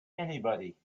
anybody